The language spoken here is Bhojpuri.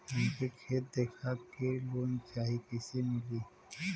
हमके खेत देखा के लोन चाहीत कईसे मिली?